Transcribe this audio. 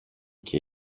και